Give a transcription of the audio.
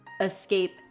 escape